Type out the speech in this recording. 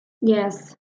Yes